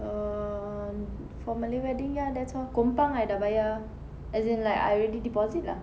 um for malay wedding ya that's all kompang I dah bayar as in like I already deposit lah